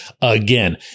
Again